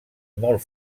molt